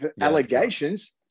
Allegations